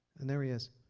and there he is.